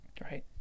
Right